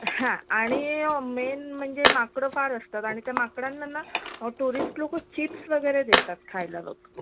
हां आणि मेन म्हणजे माकडं फार असतात आणि त्या माकडांना ना टुरिस्ट लोकं चिप्स वगैरे देतात खायला लोक